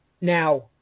Now